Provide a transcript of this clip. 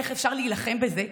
איך אפשר להילחם בזה,